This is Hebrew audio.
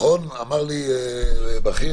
אמר לי בכיר,